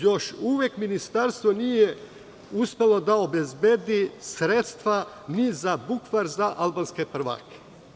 Još uvek ministarstvo nije uspelo da obezbedi sredstva ni za bukvar za albanske prvake.